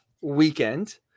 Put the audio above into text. weekend